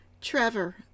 Trevor